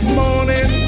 morning